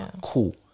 Cool